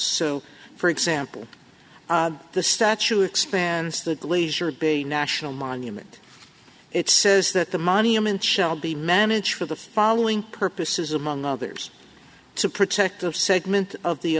so for example the statue expands the glacier bay national monument it says that the money i'm in shall be managed for the following purposes among others to protect of segment of the